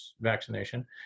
vaccination